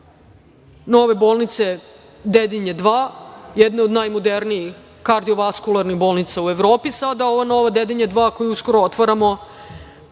nove bolnice „Dedinje 2“, jedne od najmodernijih kardiovaskularnih bolnica u Evropi, sada ova nova, „Dedinje 2“ koju uskoro otvaramo,